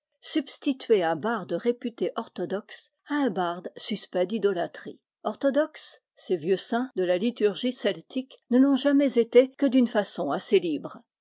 substituer un barde réputé orthodoxe à un barde suspect d'idolâtrie orthodoxes ces vieux saints de la liturgie celtique ne l'ont jamais été que d'une façon assez libre